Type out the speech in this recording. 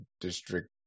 District